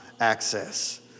access